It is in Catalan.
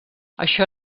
això